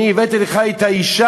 אני הבאתי לך את האישה,